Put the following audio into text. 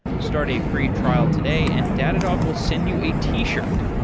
start a free trial today and datadog will send you a t-shirt.